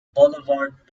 boulevard